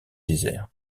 désert